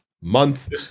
month